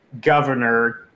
governor